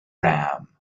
ram